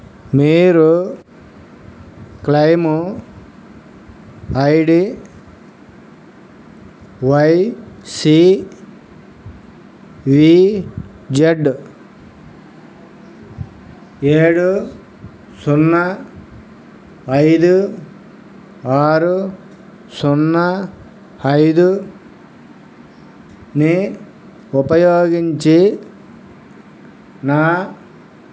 మీరు claim ID YCVZ ఏడు సున్నా ఐదు ఆరు సున్నా ఐదుని ఉపయోగించి నా